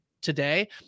today